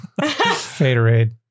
Faderade